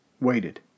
waited